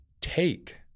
take